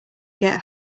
get